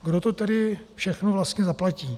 Kdo to tedy všechno vlastně zaplatí?